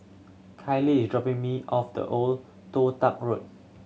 Kalie is dropping me off the Old Toh Tuck Road